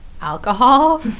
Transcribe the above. alcohol